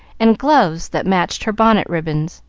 and gloves that matched her bonnet ribbons.